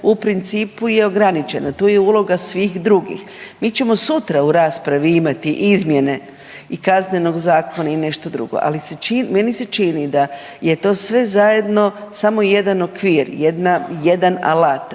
u principu je ograničena, tu je uloga svih drugih. Mi ćemo sutra u raspravi imati izmjene i Kaznenog zakona i nešto drugo, ali meni se čini da je to sve zajedno samo jedan okvir, jedan alat,